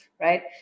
right